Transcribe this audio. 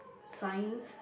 signs